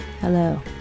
Hello